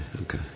okay